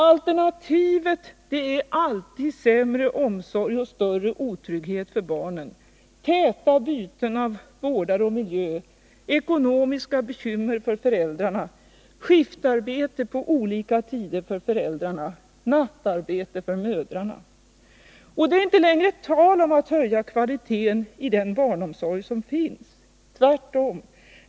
Alternativet är alltid sämre omsorg och större otrygghet för barnen, täta byten av vårdare och miljö, ekonomiska bekymmer för föräldrarna, skiftarbete på olika tider för föräldrarna, nattarbete för mödrarna. Och det är inte längre tal om att höja kvaliteten i den barnomsorg som faktiskt finns. Tvärtom!